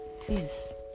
Please